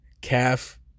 calf